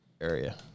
area